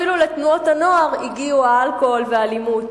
אפילו לתנועות הנוער הגיעו האלכוהול והאלימות.